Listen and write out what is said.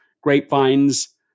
grapevines